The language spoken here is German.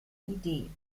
idee